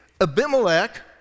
Abimelech